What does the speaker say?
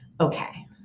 Okay